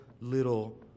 little